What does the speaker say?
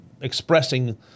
expressing